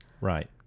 Right